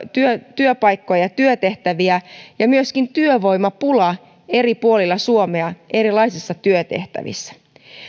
työpaikkoja työtehtäviä ja myöskin työvoimapula eri puolilla suomea erilaisissa työtehtävissä